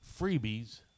freebies